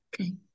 Okay